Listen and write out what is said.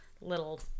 little